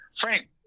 Frank